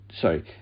sorry